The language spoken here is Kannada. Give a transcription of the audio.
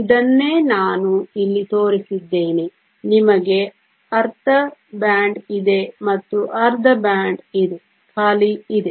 ಇದನ್ನೇ ನಾನು ಇಲ್ಲಿ ತೋರಿಸಿದ್ದೇನೆ ನಿಮಗೆ ಅರ್ಧ ಬ್ಯಾಂಡ್ ಇದೆ ಮತ್ತು ಅರ್ಧ ಬ್ಯಾಂಡ್ ಇದೆ ಖಾಲಿ ಇದೆ